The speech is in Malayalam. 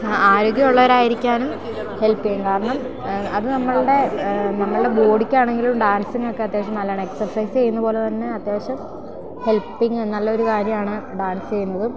ആരോഗ്യമുള്ളവരായിരിക്കാനും ഹെൽപ്പ് ചെയ്യും കാരണം അത് നമ്മളുടെ നമ്മളുടെ ബോഡിക്കാണെങ്കിലും ഡാൻസിനൊക്കെ അത്യാവശ്യം നല്ലതാണ് എക്സർസൈസ് ചെയ്യുന്നതുപോലെതന്നെ അത്യാവശ്യം ഹെൽപ്പിങ്ങ് നല്ലൊരു കാര്യമാണ് ഡാൻസ് ചെയ്യുന്നതും